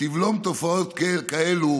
תבלום תופעות כאלה